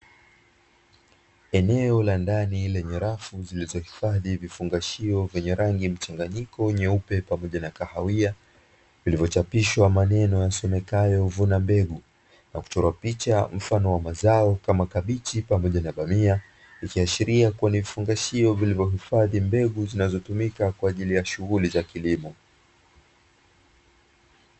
Eneo la ndani lenye rafu zilizo hifadhi vifungashio vyenye rangi mchanganyiko nyeupe, pamoja na kahawia, vilivyo chapishwa maneno yasomekayo “ vuna mbegu” na kuchorwa picha mfano wa mazao kama kabichi pamoja na bamia; ikiashiria kua ni vifungashio vilivyo hifadhi mbegu zinazo tumika kwa ajili ya shughuli za kilimo.